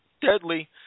deadly